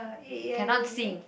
cannot sing